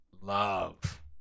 love